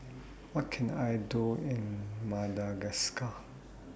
What Can I Do in Madagascar